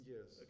Yes